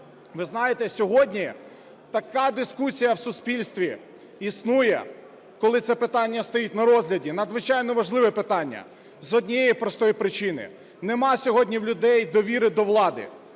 Ви знаєте, сьогодні така дискусія в суспільстві існує, коли це питання стоїть на розгляді, надзвичайно важливе питання з однією простої причини – немає сьогодні у людей довіри до влади,